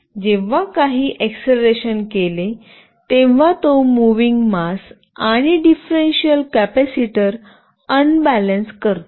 जेव्हा काही एक्सेलेरेशन केले तेव्हा तो मूव्हिंग मास आणि डिफरंशिअल कॅपेसिटीर अनबॅलेन्स करतो